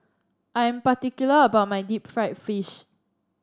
I am particular about my Deep Fried Fish